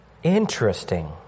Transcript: Interesting